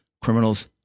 Criminals